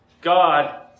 God